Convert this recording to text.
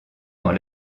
dans